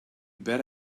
bet